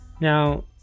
Now